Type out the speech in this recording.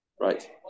right